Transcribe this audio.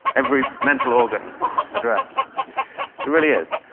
every mental organ addressed. it really is.